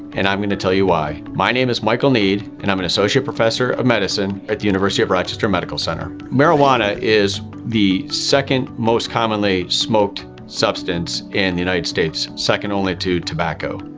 and i'm going to tell you why. my name is michael nead, and i'm an associate professor of medicine at the university of rochester medical center. marijuana is the second most commonly smoked substance in the united states, second only to tobacco.